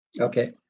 Okay